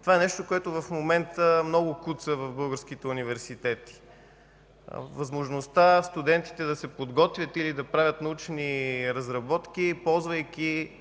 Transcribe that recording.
Това е нещо, което в момента много куца в българските университети – възможността студентите да се подготвят или да правят научни разработки, ползвайки